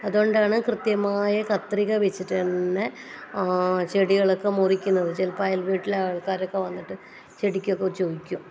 അതുകൊണ്ടാണ് കൃത്യമായ കത്രിക വെച്ചിട്ടുതന്നെ ചെടികളൊക്കെ മുറിക്കുന്നത് ചിലപ്പോൾ അയൽ വീട്ടിലെ ആൾക്കാരൊക്കെ വന്നിട്ട് ചെടിക്കൊക്കെ ചോദിക്കും